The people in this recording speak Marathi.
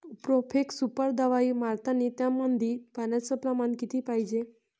प्रोफेक्स सुपर दवाई मारतानी त्यामंदी पान्याचं प्रमाण किती पायजे?